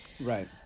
Right